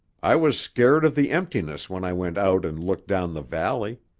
i was scared of the emptiness when i went out and looked down the valley.